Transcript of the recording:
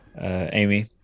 Amy